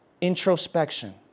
introspection